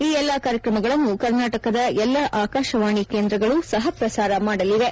ಈ ಎಲ್ಲಾ ಕಾರ್ಯಕ್ರಮಗಳನ್ನು ಕರ್ನಾಟಕದ ಎಲ್ಲಾ ಆಕಾಶವಾಣಿ ಕೇಂದ್ರಗಳು ಸಹಪ್ರಸಾರ ಮಾಡಲಿವೆ